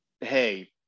hey